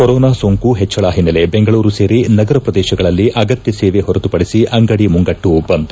corona ಸೋಂಕು ಹೆಚ್ಚಳ ಹಿನ್ನೆಲೆ ಬೆಂಗಳೂರು ಸೇರಿ ನಗರ ಪ್ರದೇಶಗಳಲ್ಲಿ ಅಗತ್ಯ ಸೇವೆ ಹೊರತುಪಡಿಸಿ ಅಂಗಡಿ ಮುಂಗಟ್ಟು ಬಂದ್